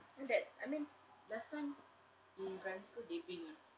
kan that I mean last time in primary school they bring